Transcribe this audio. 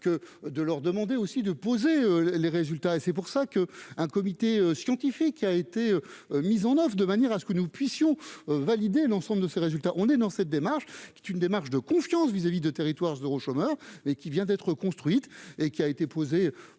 que de leur demander aussi de poser les résultats et c'est pour ça que un comité scientifique qui a été mise en Oeuvres de manière à ce que nous puissions ont validé l'ensemble de ces résultats, on est dans cette démarche est une démarche de confiance vis-à-vis de territoires zéro chômeur et qui vient d'être construite et qui a été posée